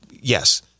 yes